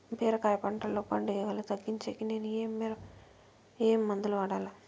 బీరకాయ పంటల్లో పండు ఈగలు తగ్గించేకి నేను ఏమి మందులు వాడాలా?